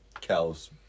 cows